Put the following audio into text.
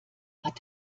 hat